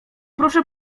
proszę